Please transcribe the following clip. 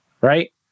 Right